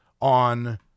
on